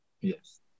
Yes